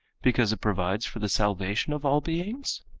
because it provides for the salvation of all beings?